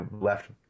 left